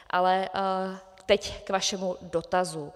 Ale teď k vašemu dotazu.